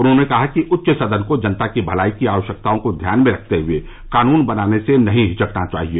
उन्होंने कहा कि उच्च सदन को जनता की भलाई की आवश्यकताओं को ध्यान में रखते हुए कानून बनाने से नहीं हिचकना चाहिए